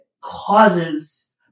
causes